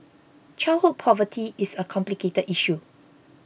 childhood poverty is a complicated issue